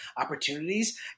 opportunities